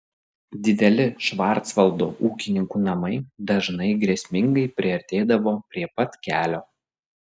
dideli švarcvaldo ūkininkų namai dažnai grėsmingai priartėdavo prie pat kelio